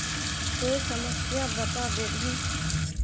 कोई समस्या बता देतहिन?